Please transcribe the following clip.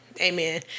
amen